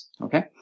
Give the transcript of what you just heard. Okay